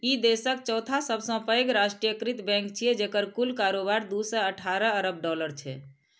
ई देशक चौथा सबसं पैघ राष्ट्रीयकृत बैंक छियै, जेकर कुल कारोबार दू सय अठारह अरब डॉलर छै